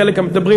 חלק גם מדברים,